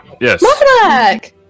Yes